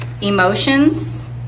Emotions